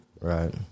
Right